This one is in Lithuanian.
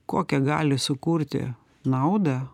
kokią gali sukurti naudą